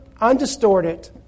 undistorted